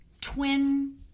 twin